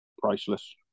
priceless